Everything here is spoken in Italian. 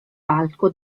palco